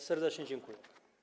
Serdecznie dziękuję.